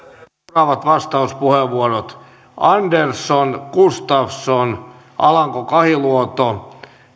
seuraavat vastauspuheenvuorot andersson gustafsson alanko kahiluoto